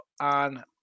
on